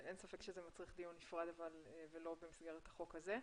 אין ספק שזה מצריך דיון נפרד ולא במסגרת החוק הזה.